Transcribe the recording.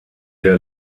der